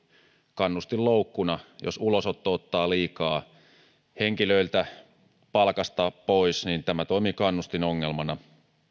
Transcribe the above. kannustinloukkuna jos ulosotto ottaa henkilöiltä liikaa palkasta pois niin tämä toimii kannustinongelmana